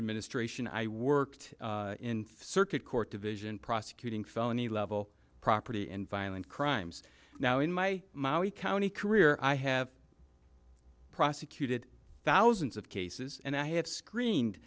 administration i worked in circuit court division prosecuting felony level property and violent crimes now in my county career i have prosecuted thousands of cases and i have screened